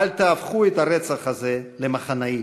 אל תהפכו את הרצח הזה למחנאי,